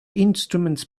instruments